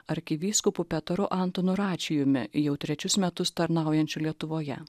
arkivyskupu petru antonu račijumi jau trečius metus tarnaujančiu lietuvoje